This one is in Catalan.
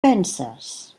penses